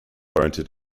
oriented